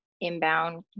inbound